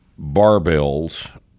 barbells